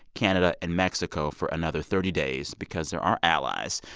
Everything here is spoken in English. canada and mexico for another thirty days because they're our allies.